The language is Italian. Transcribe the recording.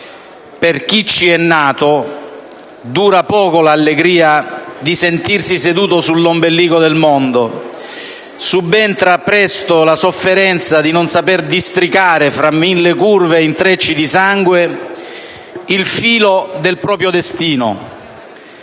«Per chi ci è nato, dura poco l'allegria di sentirsi seduto sull'ombelico del mondo. Subentra presto la sofferenza di non sapere districare, fra mille curve e intrecci di sangue, il filo del proprio destino».